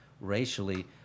racially